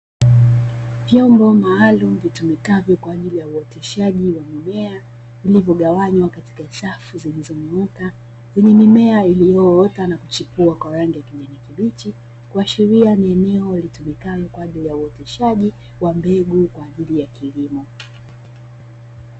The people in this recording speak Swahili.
Vyombo maalumu vitumikavyo kwa ajili ya uoteshaji wa mimea, vilivyogawanywa katika safu zilizonyooka, zenye mimea iliyoota na kuchipua kwa rangi ya kijani kibichi, kuashiria ni eneo litumikalo kwa ajili ya uoteshaji wa mbegu kwa ajili ya kilimo.